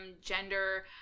gender